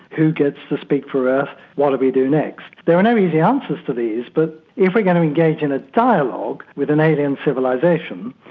who gets to speak for earth? what do we do next? there are no easy answers to these, but if we are going to engage in a dialogue with an alien civilisation,